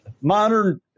modern